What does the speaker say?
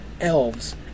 Elves